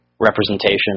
representation